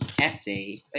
essay